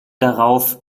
darauf